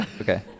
Okay